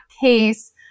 case